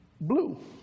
blue